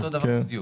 כן.